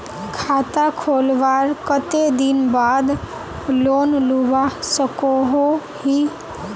खाता खोलवार कते दिन बाद लोन लुबा सकोहो ही?